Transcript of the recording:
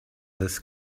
this